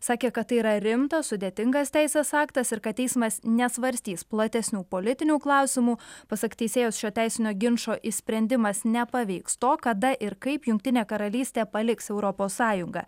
sakė kad tai yra rimtas sudėtingas teisės aktas ir kad teismas nesvarstys platesnių politinių klausimų pasak teisėjos šio teisinio ginčo išsprendimas nepaveiks to kada ir kaip jungtinė karalystė paliks europos sąjungą